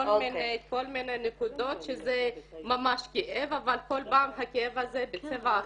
כל מיני נקודות שזה ממש כאב אבל כל פעם הכאב הזה בצבע אחר.